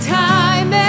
time